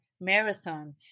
marathon